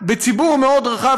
בציבור מאוד רחב,